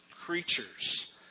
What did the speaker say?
creatures